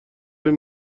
این